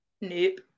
Nope